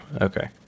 Okay